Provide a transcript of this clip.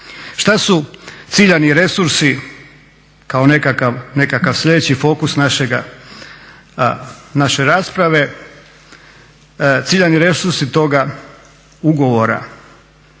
Šta su ciljani resursi kao nekakav sljedeći fokus naše rasprave? Ciljani resursi toga ugovora